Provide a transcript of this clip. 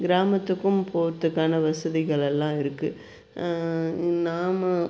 கிராமத்துக்கும் போகிறதுக்கான வசதிகளெல்லாம் இருக்குது நாம்